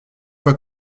pas